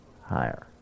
higher